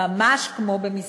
ממש כמו במשחק.